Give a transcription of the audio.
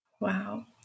Wow